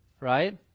right